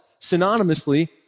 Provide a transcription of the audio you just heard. synonymously